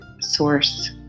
source